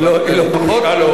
אבל לפחות,